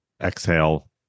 exhale